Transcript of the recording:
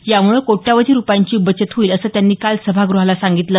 यामुळे कोटयावधी रुपयांची बचत होईल असं त्यांनी काल सभाग्रहाला सांगितलं